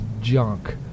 junk